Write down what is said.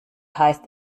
heißt